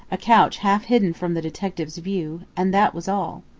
a couch half hidden from the detective's view, and that was all.